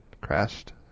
crashed